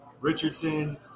Richardson